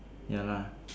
ya lah